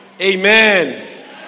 Amen